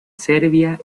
serbia